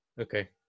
Okay